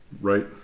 Right